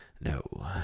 no